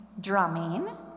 drumming